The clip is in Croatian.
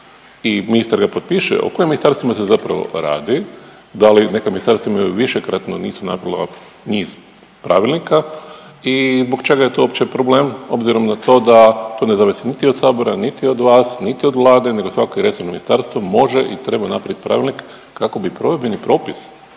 i ministar ga potpiše. O kojim ministarstvima se zapravo radi? Da li neka ministarstva imaju višekratno nisu napravila niz pravilnika i zbog čega je to uopće problem obzirom na to da to ne zavisi niti od Sabora, niti od vas, niti od Vlade nego svako resorno ministarstvo može i treba napraviti pravilnik kako bi provedbeni propis